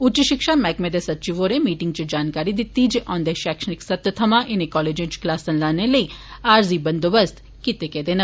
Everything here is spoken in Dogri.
उच्च षिक्षा मैह्कमे दे सचिव होरें मीटिंगै च जानकारी दित्ती जे औंदे पैक्षणिक सत्र थमां इनें कालजें च क्लासा लाने लेई आरजी बंदोबस्त करी लैते गेदे न